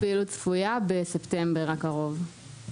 תחילת הפעילות צפויה בספטמבר הקרוב,